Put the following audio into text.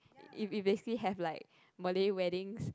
if if basically have like Malay weddings